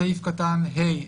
בסעיף קטן (ה),